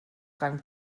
dran